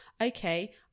okay